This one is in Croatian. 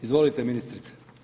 Izvolite ministrice.